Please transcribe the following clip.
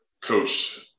Coach